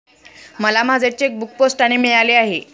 मला माझे चेकबूक पोस्टाने मिळाले आहे